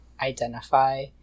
identify